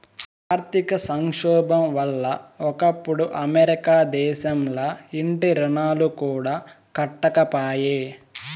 ఆర్థిక సంక్షోబం వల్ల ఒకప్పుడు అమెరికా దేశంల ఇంటి రుణాలు కూడా కట్టకపాయే